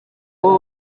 baba